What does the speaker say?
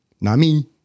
Nami